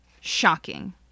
shocking